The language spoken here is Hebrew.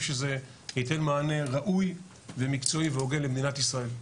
שזה ייתן מענה ראוי ומקצועי והוגן למדינת ישראל.